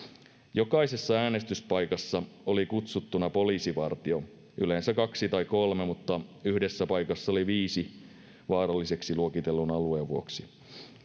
jokaisessa äänestyspaikassa oli kutsuttuna poliisivartio yleensä kaksi tai kolme mutta yhdessä paikassa oli viisi vaaralliseksi luokitellun alueen vuoksi